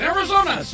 Arizona